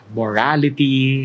morality